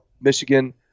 Michigan